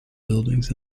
buildings